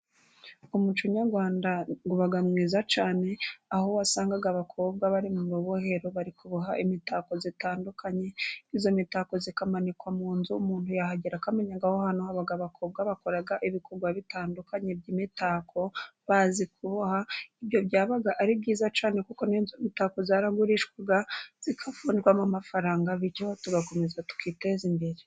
Umuco nyarwanda uba mwiza cyane aho wasangaga abakobwa bari mu rubohero bari kuboha imitako itandukanye, iyo mitako ikamanikwa mu nzu umuntu yahagera akamenyako aho hantu haba abakobwa bakora ibikorwa bitandukanye by'imitako, bazi kuboha ibyo byabaga ari byiza cyane kuko n' imitako yaragurishwaga ikavunjwamo amafaranga, bityo tugakomeza tukiteza imbere.